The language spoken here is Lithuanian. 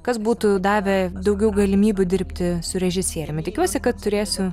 kas būtų davę daugiau galimybių dirbti su režisieriumi tikiuosi kad turėsiu